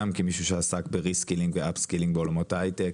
גם כמישהו שעסק בעולמות היי-טק,